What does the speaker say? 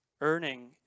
Earning